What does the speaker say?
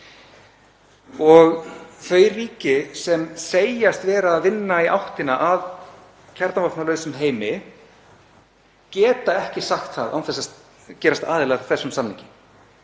Þau ríki sem segjast vera að vinna í áttina að kjarnavopnalausum heimi geta ekki sagt það án þess að gerast aðilar að þessum samningi.